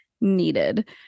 needed